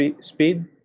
speed